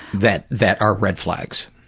that that are red flags?